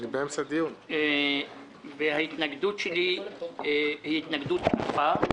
לכן ההתנגדות שלי היא התנגדות של תמיכה.